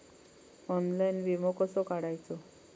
Online विमो कसो काढायचो?